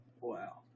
Wow